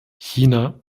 china